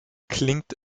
klingt